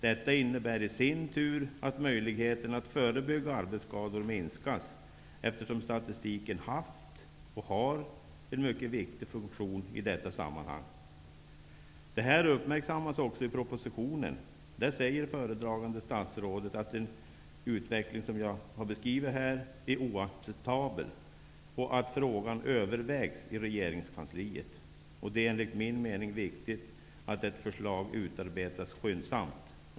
Detta innebär i sin tur att möjligheterna att förebygga arbetsskador minskar, eftersom statistiken haft och har en mycket viktig funktion i detta sammanhang. Detta uppmärksammas också i propositionen. Där säger föredragande statsrådet att en sådan utveckling som jag här har beskrivit är oacceptabel och att frågan övervägs i regeringskansliet. Det är enligt min mening viktigt att ett förslag utarbetas skyndsamt.